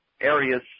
areas